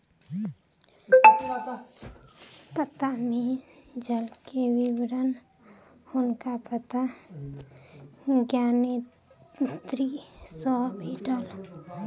पत्ता में जल के विवरण हुनका पत्ता ज्ञानेंद्री सॅ भेटल